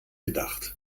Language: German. gedacht